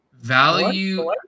value